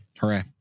hooray